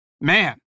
man